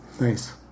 Nice